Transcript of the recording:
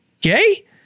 gay